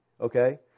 okay